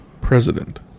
president